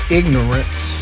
ignorance